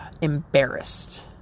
embarrassed